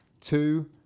Two